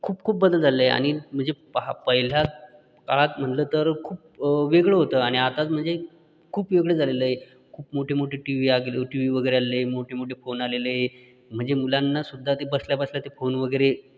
खूप खूप बदल झालेले आहे आणि म्हणजे पाहा पहिला काळात म्हणलं तर खूप वेगळं होतं आणि आता म्हणजे खूप वेगळं झालेलं आहे खूप मोठे मोठे टी वी आगले टी वी वगैरे आलेले आहे मोठे मोठे फोन आलेले आहे म्हणजे मुलांना सुद्धा ते बसल्याबसल्या ते फोन वगैरे